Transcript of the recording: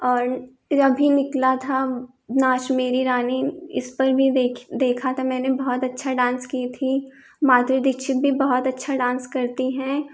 और अभी निकला था नाच मेरी रानी इस पर भी देखी देखा था मैंने बहुत अच्छा डांस की थी माधुरी दीक्षित भी बहुत अच्छा डांस करती हैं